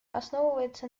основывается